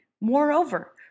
Moreover